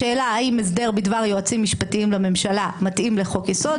השאלה האם הסדר בדבר יועצים משפטיים לממשלה מתאים לחוק-יסוד,